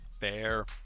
Fair